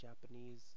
Japanese